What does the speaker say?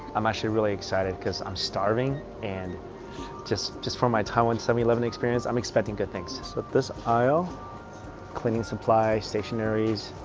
i'm actually really excited because i'm starving and just, just from my taiwan seven eleven experience. i'm expecting good things. so but this aisle cleaning supply, stationaries,